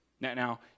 Now